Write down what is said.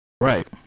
Right